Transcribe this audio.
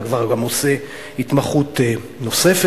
אתה כבר גם עושה התמחות נוספת.